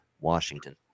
Washington